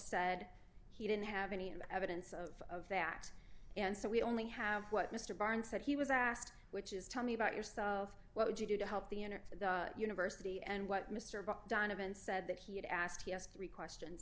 said he didn't have any evidence of that and so we only have what mr barnes said he was asked which is tell me about yourself what would you do to help the university and what mr donovan said that he had asked us three questions